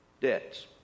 debts